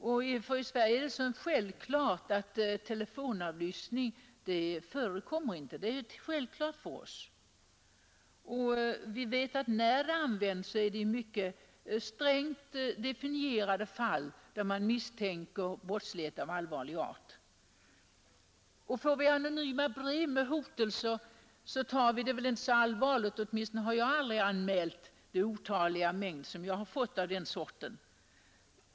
För oss som bor i Sverige är det självklart att telefonavlyssning som regel inte förekommer, och vi vet att sådan avlyssning bara används i mycket strängt definierade fall, där brottslighet av allvarlig art misstänks. Får vi anonyma brev med hotelser, tar vi det inte heller så allvarligt — åtminstone har jag aldrig anmält den otaliga mängd brev som jag har fått av den sorten.